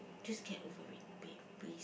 just get over it babe please